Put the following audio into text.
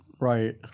right